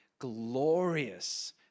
glorious